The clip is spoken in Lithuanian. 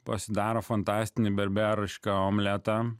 pasidaro fantastinį berberišką omletą